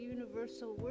Universal